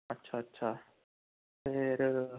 ਅੱਛਾ ਅੱਛਾ ਫਿਰ